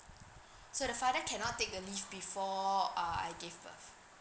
so the father cannot take the leave before uh I give birth